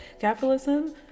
capitalism